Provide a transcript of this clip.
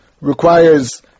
requires